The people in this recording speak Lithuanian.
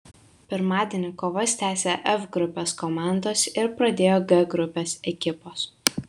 pirmadienį kovas tęsė f grupės komandos ir pradėjo g grupės ekipos